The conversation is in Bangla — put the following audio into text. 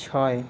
ছয়